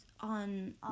on